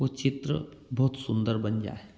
वो चित्र बहुत सुंदर बन जाए